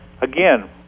Again